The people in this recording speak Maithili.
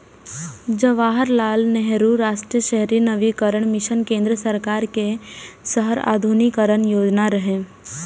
जवाहरलाल नेहरू राष्ट्रीय शहरी नवीकरण मिशन केंद्र सरकार के शहर आधुनिकीकरण योजना रहै